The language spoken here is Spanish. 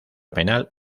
penal